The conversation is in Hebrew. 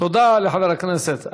תודה לחבר הכנסת אייכלר.